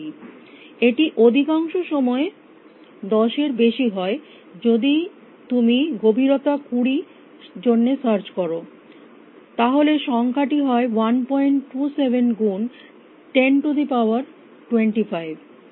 এটি অধিকাংশ সময়ে 10 এর বেশী হয় তুমি যদি গভীরতা 20 এর জন্য সার্চ কর তাহলে সংখ্যাটি হয় 127 গুণ 1025 কিভাবে